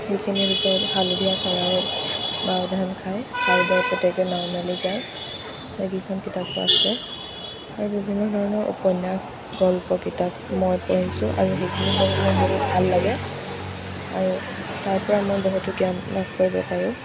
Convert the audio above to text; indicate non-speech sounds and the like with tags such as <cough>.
সেইখিনিৰ ভিতৰত হালধীয়া চৰায়ে বাওধান খায় সাউদৰ পুতেকে নাও মেলি যায় সেইকেইখন কিতাপো আছে আৰু বিভিন্ন ধৰণৰ উপন্যাস গল্পকিতাপ মই পঢ়িছো আৰু সেইখিনি <unintelligible> ভাল লাগে আৰু তাৰপৰা মই বহুতো জ্ঞান লাভ কৰিব পাৰোঁ